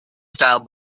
style